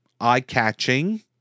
eye-catching